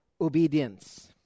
obedience